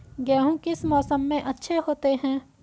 गेहूँ किस मौसम में अच्छे होते हैं?